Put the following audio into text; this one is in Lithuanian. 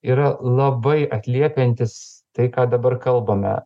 yra labai atliepiantis tai ką dabar kalbame